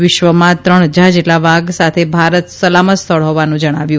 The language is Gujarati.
વિશ્વમાં ત્રણ હજાર જેટલા વાઘ સાથે ભારત સલામત સ્થળ હોવાનું જણાવ્યું